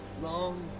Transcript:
Long